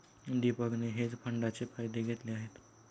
दीपकने हेज फंडाचे फायदे घेतले आहेत